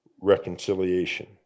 reconciliation